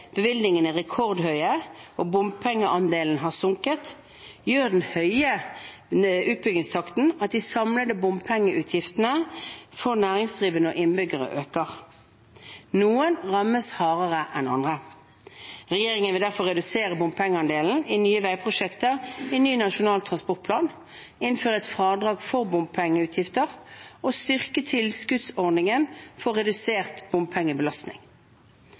bevilgningene er rekordhøye og bompengeandelen har sunket, gjør den høye utbyggingstakten at de samlede bompengeutgiftene for næringsdrivende og innbyggere øker. Noen rammes hardere enn andre. Regjeringen vil derfor redusere bompengeandelen i nye veiprosjekter i ny nasjonal transportplan, innføre et fradrag for bompengeutgifter og styrke tilskuddsordningen for redusert bompengebelastning.